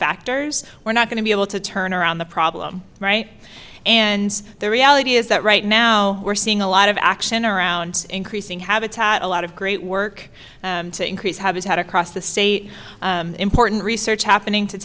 factors we're not going to be able to turn around the problem right and the reality is that right now we're seeing a lot of action around increasing habitat a lot of great work to increase habitat across the se important research happening to